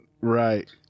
Right